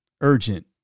Urgent